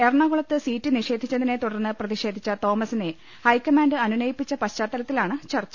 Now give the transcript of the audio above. എറണാകുളത്ത് സീറ്റ് നിഷേധിച്ചതിനെ തുടർന്ന് പ്രതിഷേധിച്ച തോമസിനെ ഹൈക്കമാൻഡ് അനുനയിപ്പിച്ച പശ്ചാത്തലത്തിലാണ് ചർച്ച